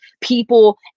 people